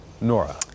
Nora